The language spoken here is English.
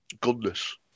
goodness